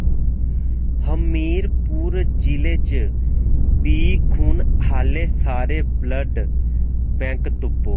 हमीरपुर जि'ले च बी खून आह्ले सारे ब्लड बैंक तुप्पो